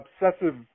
obsessive